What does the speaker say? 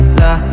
la